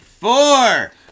four